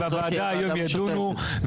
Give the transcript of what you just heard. שבוועדה היום ידונו,